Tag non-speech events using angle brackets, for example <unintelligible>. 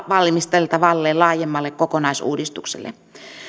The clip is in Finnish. <unintelligible> valmisteltavalle laajemmalle kokonaisuudistukselle